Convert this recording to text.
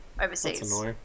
overseas